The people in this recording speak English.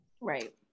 right